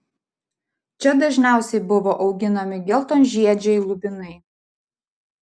čia dažniausiai buvo auginami geltonžiedžiai lubinai